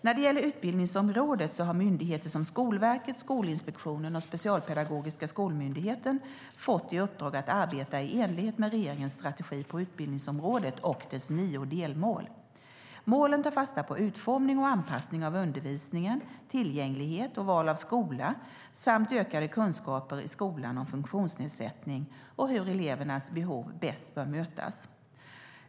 När det gäller utbildningsområdet har myndigheter som Skolverket, Skolinspektionen och Specialpedagogiska skolmyndigheten fått i uppdrag att arbeta i enlighet med regeringens strategi på utbildningsområdet och dess nio delmål. Målen tar fasta på utformning och anpassning av undervisningen, tillgänglighet och val av skola samt ökade kunskaper i skolan om funktionsnedsättning och hur elevernas behov bäst bör mötas.